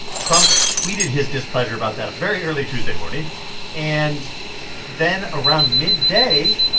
trump tweeted his displeasure about that very early tuesday morning and then around midday,